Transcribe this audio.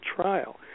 trial